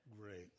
Great